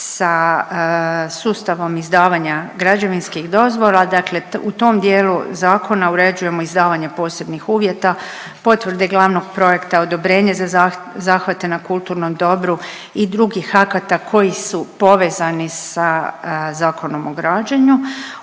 sa sustavom izdavanja građevinskih dozvola, dakle u tom dijelu zakona uređujemo izdavanje posebnih uvjeta, potvrde glavnog projekta, odobrenje za zahvate na kulturnom dobru i drugih akata koji su povezani sa Zakonom o građenju.